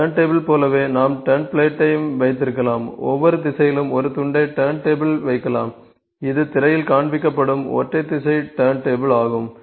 turn table போலவே நாம் turn பிளேட்டையும் வைத்திருக்கலாம் ஒவ்வொரு திசையிலும் ஒரு துண்டை டர்ன்டேபிளில் வைக்கலாம் இது திரையில் காண்பிக்கப்படும் ஒற்றை திசை டர்ன் டேபிள் ஆகும்